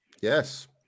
Yes